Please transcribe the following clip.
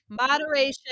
moderation